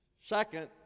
second